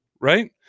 right